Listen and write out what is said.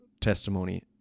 testimony